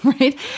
right